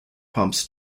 pumps